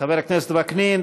חבר הכנסת וקנין,